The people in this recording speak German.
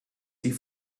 sie